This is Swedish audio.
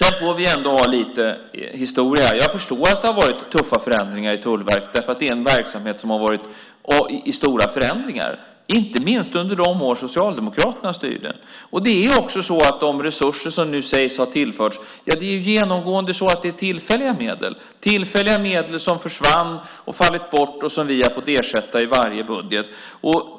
Sedan får vi ändå ha lite historia. Jag förstår att det har varit tuffa förändringar i Tullverket, därför att det är en verksamhet där det har varit stora förändringar, inte minst under de år då Socialdemokraterna styrde. Det är också så att de resurser som nu sägs ha tillförts ju genomgående är tillfälliga medel, tillfälliga medel som försvann, som har fallit bort och som vi har fått ersätta i varje budget.